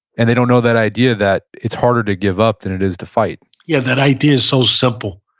and they don't know that idea that it's harder to give up than it is to fighter yeah. that idea is so simple.